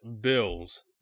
Bills